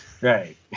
Right